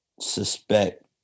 suspect